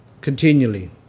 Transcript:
Continually